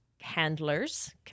handlers